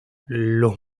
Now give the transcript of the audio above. los